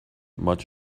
much